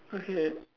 okay